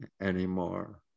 anymore